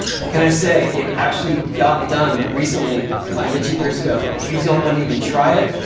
what can i say, it actually got done recently by mitchie brusco. he was the only one to even try it.